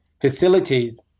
facilities